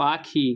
পাখি